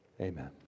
amen